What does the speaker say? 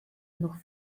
noch